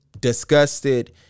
disgusted